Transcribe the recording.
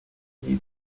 allí